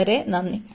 വളരെ നന്ദി